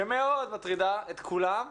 שמאוד מטרידה את כולם,